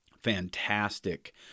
fantastic